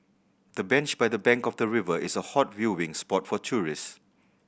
the bench by the bank of the river is a hot viewing spot for tourists